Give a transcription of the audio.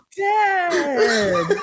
dead